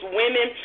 women